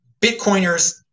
Bitcoiners